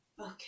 Okay